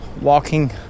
walking